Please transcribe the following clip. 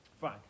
Fine